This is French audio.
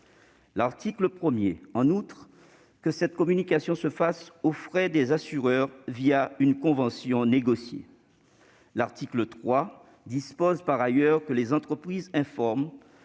L'article 1 prévoit en outre que cette communication se fasse aux frais des assureurs une convention négociée. L'article 3 dispose par ailleurs que les entreprises informent,